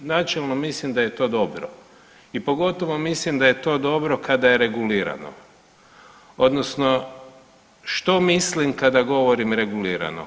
Ja načelno mislim da je to dobro i pogotovo mislim da je to dobro kada je regulirano odnosno što mislim kada govorim regulirano?